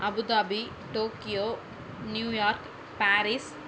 Abu Dhabi Tokyo New York Paris